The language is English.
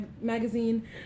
magazine